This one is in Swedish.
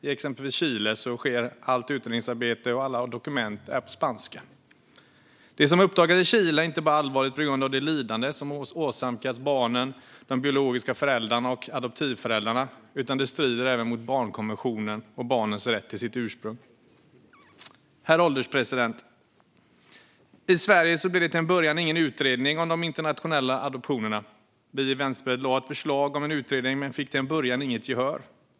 I exempelvis Chile sker allt utredningsarbete på spanska och alla dokument är på spanska. Det som uppdagats i Chile är inte bara allvarligt på grund av det lidande som åsamkats barnen, de biologiska föräldrarna och adoptivföräldrarna, utan det strider även mot barnkonventionen och barns rätt till sitt ursprung. Herr ålderspresident! I Sverige blev det till en början ingen utredning om de internationella adoptionerna. Vi i Vänsterpartiet lade fram förslag om en utredning men fick till en början inget gehör.